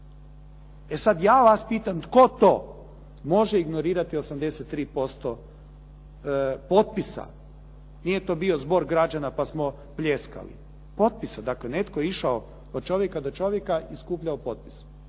E sad ja vas pitam tko to može ignorirati 83% potpisa. Nije to bio zbor građana pa smo pljeskali, potpisa. Dakle, netko je išao od čovjeka do čovjeka i skupljao potpise.